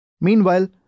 Meanwhile